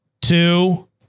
two